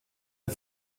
der